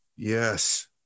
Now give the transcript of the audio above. Yes